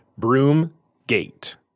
Broomgate